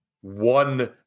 one